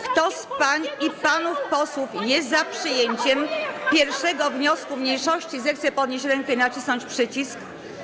Kto z pań i panów posłów jest za przyjęciem 1. wniosku mniejszości, zechce podnieść rękę i nacisnąć przycisk.